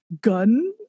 gun